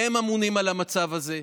והם אמונים על המצב הזה,